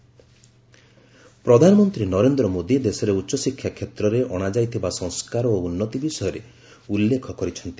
PM education policy ପ୍ରଧାନମନ୍ତ୍ରୀ ନରେନ୍ଦ୍ର ମୋଦୀ ଦେଶରେ ଉଚ୍ଚଶିକ୍ଷା କ୍ଷେତ୍ରରେ ଅଣାଯାଇଥିବା ସଂସ୍କାର ଓ ଉନ୍ତି ବିଷୟରେ ଉଲ୍ଲେଖ କରିଛନ୍ତି